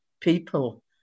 people